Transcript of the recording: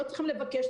לא צריכים לבקש,